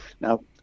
Now